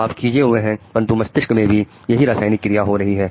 आप खीजे हुए हैं परंतु मस्तिष्क में भी यही रसायनिक क्रिया हो रही है